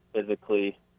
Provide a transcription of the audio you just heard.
physically